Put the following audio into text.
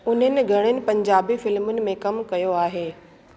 उन्हनि घणेई पंजाबी फ़िल्मुनि में कम कयो आहे